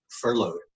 furloughed